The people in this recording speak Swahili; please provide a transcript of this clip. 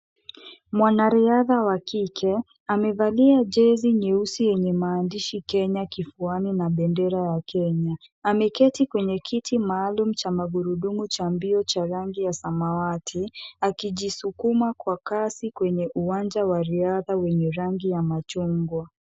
Mwanariadha wa kike, amevalia jezi nyeusi yenye maandishi Kenya kifuani na bendera ya Kenya. Ameketi kwenye kiti maalum cha magurudumu cha mbio cha rangi ya samawati, akijisukuma kwa kasi kwenye uwanja wa riadha wenye rangi ya chungwa.